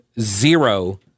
zero